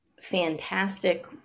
fantastic